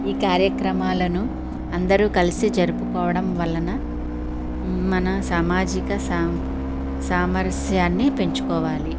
ఈ కార్యక్రమాలను అందరూ కలిసి జరుపుకోవడం వలన మన సామజిక సామ సామరస్యాన్ని పెంచుకోవాలి